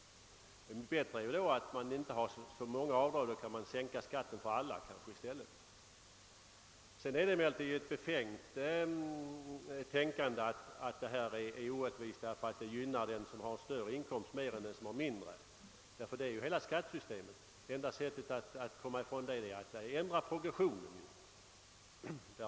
Bättre är att inte ha så många avdrag — då kanske man i stället kan sänka skatten för alla. Det är emellertid ett befängt tänkande, att reglerna är orättvisa därför att de gynnar den som har större inkomst mer än den som har lägre inkomst. Sådant är hela skattesystemet. Enda sättet att komma ifrån den effekten är att ändra progressionen.